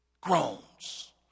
groans